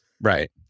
Right